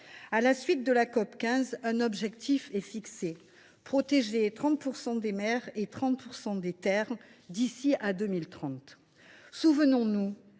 À la suite de la COP15, un objectif a été fixé : protéger 30 % des mers et 30 % des terres d’ici à 2030. Souvenons nous